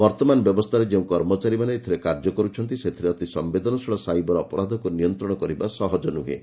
ବର୍ତ୍ତମାନ ବ୍ୟବସ୍ଥାରେ ଯେଉଁ କର୍ମଚାରୀମାନେ ଏଥିରେ କାର୍ଯ୍ୟ କରୁଛନ୍ତି ସେଥିରେ ଅତି ସମ୍ଭେଦନଶୀଳ ସାଇବର ଅପରାଧକୁ ନିୟନ୍ତ୍ରଣ କରିବା ସହଜ ନୁହେଁ